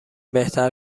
بهتر